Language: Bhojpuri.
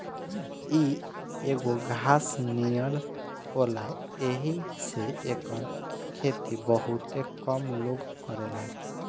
इ एगो घास नियर होला येही से एकर खेती बहुते कम लोग करेला